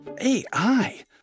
AI